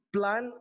Plan